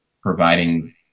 providing